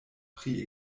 pri